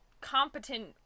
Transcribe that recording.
competent